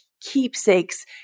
keepsakes